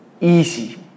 easy